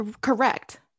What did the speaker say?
Correct